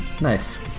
Nice